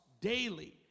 daily